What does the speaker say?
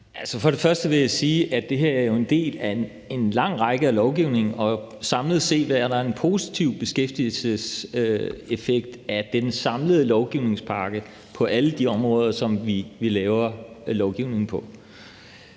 For det første vil jeg sige, at det her jo er en del af en lang række af lovgivning, og samlet set er der en positiv beskæftigelseseffekt af den samlede lovgivningspakke på alle de områder, som vi laver lovgivning på.